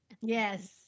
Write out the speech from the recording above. Yes